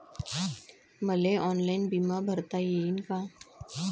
मले ऑनलाईन बिमा भरता येईन का?